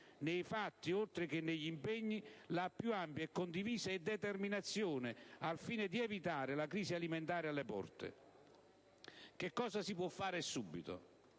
nei fatti oltre che negli impegni, la più ampia e condivisa determinazione al fine di evitare la crisi alimentare alle porte. Che cosa si può fare e subito?